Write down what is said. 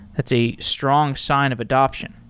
that's a strong sign of adaption.